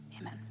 amen